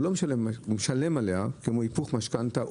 הוא משלם עליה כמו היפוך משכנתא.